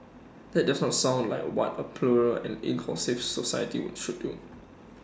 that does not sound like what A plural and inclusive society would should do